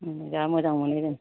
जा मोजां मोनो जों